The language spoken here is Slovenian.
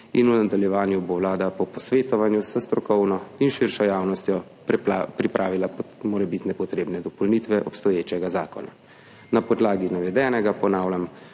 in v nadaljevanju bo Vlada po posvetovanju s strokovno in širšo javnostjo pripravila morebitne potrebne dopolnitve obstoječega zakona. Na podlagi navedenega, ponavljam,